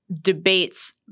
debates